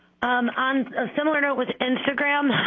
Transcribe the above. um on a similar note with instagram,